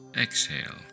Exhale